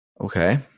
Okay